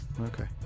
Okay